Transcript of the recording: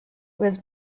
was